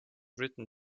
written